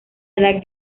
edad